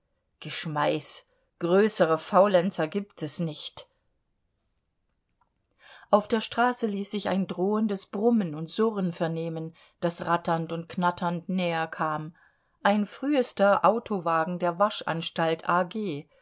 geschmeiß größere faulenzer gibt es nicht auf der straße ließ sich ein drohendes brummen und surren vernehmen das ratternd und knatternd näherkam ein frühester autowagen der waschanstalt a